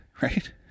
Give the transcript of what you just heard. Right